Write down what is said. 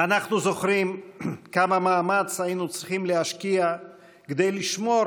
אנחנו זוכרים כמה מאמץ היינו צריכים להשקיע כדי לשמור